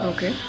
Okay